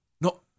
No